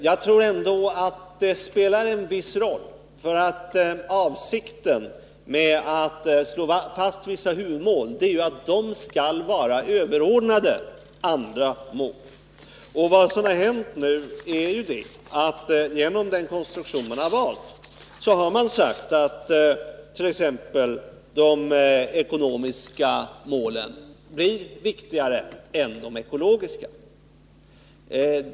Jag tror i alla fall att det spelar en viss roll, eftersom avsikten med att slå fast vissa mål är att dessa mål skall vara överordnade andra. Genom den konstruktion som man nu har valt har man sagt sig attt.ex. de ekonomiska målen blir viktigare än de ekologiska.